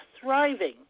thriving